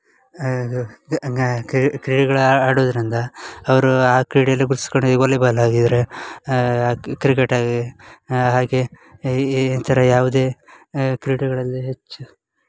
ಆಗ ಹಂಗ್ ಹಂಗ ಕ್ರೀಡೆಗಳು ಆಡುದರಿಂದ ಅವರು ಆ ಕ್ರೀಡೆಯಲ್ಲಿ ವಾಲಿಬಾಲ್ ಆಗಿದ್ದರೆ ಕ್ರಿಕೆಟ್ ಆಗಿ ಹಾಗೆ ಈ ಈ ಥರ ಯಾವುದೇ ಕ್ರೀಡೆಗಳಲ್ಲಿ ಹೆಚ್ಚು